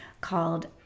called